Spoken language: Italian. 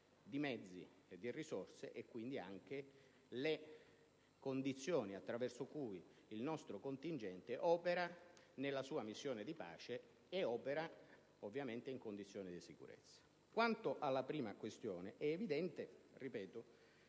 di mezzi e di risorse e quindi anche le condizioni attraverso cui il nostro contingente opera nella sua missione di pace e ovviamente in condizioni di sicurezza. Quanto alla prima questione è evidente - ripeto